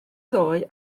ddoe